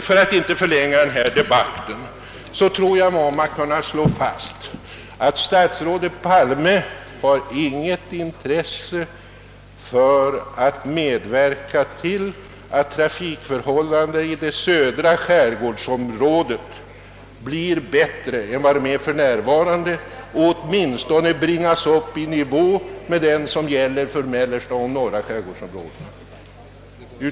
För att inte förlänga den här debatten vill jag bara slå fast att statsrådet Palme tydligen inte har något intresse för att medverka till att trafikförhållandena i det södra skärgårdsområdet blir bättre än för närvarande, åtminstone bringas i nivå med vad som gäller för mellersta och norra skärgården.